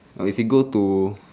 or if you go to